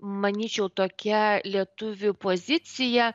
manyčiau tokia lietuvių pozicija